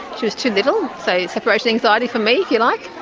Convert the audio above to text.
she was too little, so separation anxiety for me, if you like.